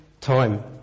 time